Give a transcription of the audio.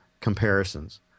comparisons